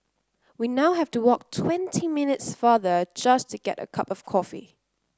we now have to walk twenty minutes farther just to get a cup of coffee